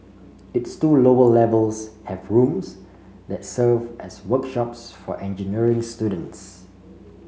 its two lower levels have rooms that serve as workshops for engineering students